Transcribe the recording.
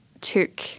took